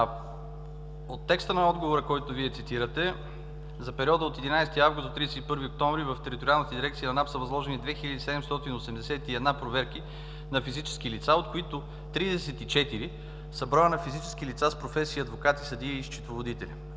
От текста на отговора, който Вие цитирате, за периода от 11 август до 31 октомври в Териториалните дирекции на НАП са възложени 2781 проверки на физически лица, от които 34 е броят на физически лица с професия адвокати, съдии и счетоводители.